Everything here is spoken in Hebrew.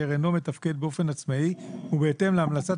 אשר אינו מתפקד באופן עצמאי ובהתאם להמלצת